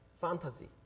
fantasy